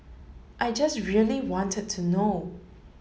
I just really wanted to know